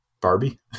Barbie